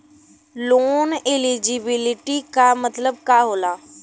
Loan eligibility का मतलब का होला?